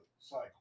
cycle